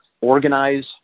organize